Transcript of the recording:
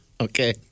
Okay